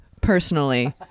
personally